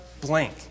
blank